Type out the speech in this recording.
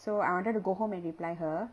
so I wanted to go home and reply her